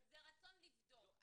זה רצון לבדוק.